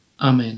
Amen